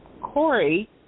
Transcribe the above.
Corey